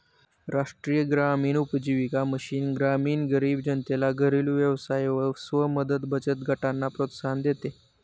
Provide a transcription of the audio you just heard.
राष्ट्रीय ग्रामीण उपजीविका मिशन ग्रामीण गरीब जनतेला घरेलु व्यवसाय व स्व मदत बचत गटांना प्रोत्साहन देते